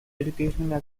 educational